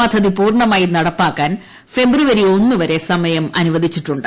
പദ്ധതി പൂർണ്ണമായി നടപ്പാക്കാൻ ഫെബ്രുവരി ഒന്ന് വരെ സമയം അനുവദിച്ചിട്ടുണ്ട്